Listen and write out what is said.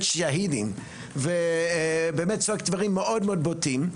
שהידים ובאמת צועקת דברים מאוד מאוד בוטים,